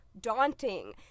daunting